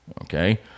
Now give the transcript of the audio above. Okay